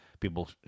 People